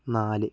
നാല്